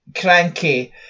cranky